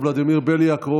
ולדימיר בליאק,